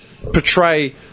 portray